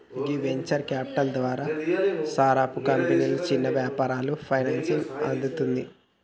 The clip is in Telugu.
గీ వెంచర్ క్యాపిటల్ ద్వారా సారపు కంపెనీలు చిన్న యాపారాలకు ఫైనాన్సింగ్ అందుతుంది